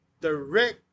direct